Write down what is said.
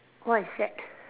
what is that